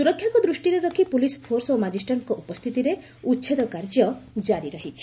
ସୁରକ୍ଷାକୁ ଦୂଷ୍ଟିରେ ରଖ୍ ପୁଲିସ ଫୋର୍ସ ଓ ମାଜିଷ୍ଟେଟ୍ଙ୍ଙ ଉପସ୍ଥିତିରେ ଉଛେଦକାର୍ଯ୍ୟ ଜାରି ରହିଛି